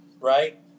right